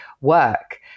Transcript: work